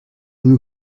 blew